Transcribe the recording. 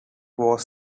was